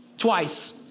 twice